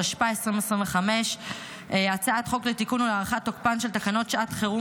התשפ"ה 2025. הצעת חוק לתיקון ולהארכת תוקפן של תקנות שעת חירום